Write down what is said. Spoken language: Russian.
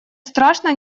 страшно